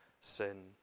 sin